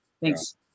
Thanks